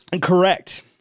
Correct